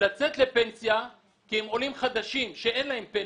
לצאת לפנסיה כי הם עולים חדשים ואין להם פנסיה.